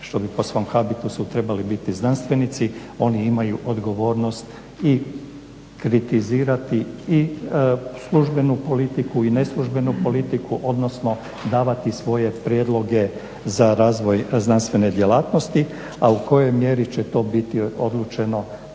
što bi po svom habitusu trebali biti znanstvenici. Oni imaju odgovornost i kritizirati i službenu politiku i neslužbenu politiku, odnosno davati svoje prijedloge za razvoj znanstvene djelatnosti, a u kojoj mjeri će to biti odlučeno to će ovisiti